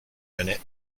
minute